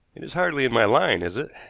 it is hardly in my line, is it?